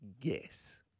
guess